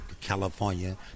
California